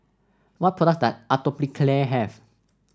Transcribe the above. what product Atopiclair have